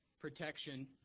protection